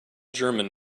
german